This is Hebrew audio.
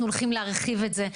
אנחנו הלכים להרחיב את זה,